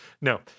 No